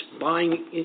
buying